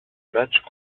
match